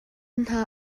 hna